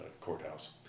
courthouse